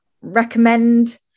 recommend